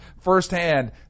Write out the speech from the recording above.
firsthand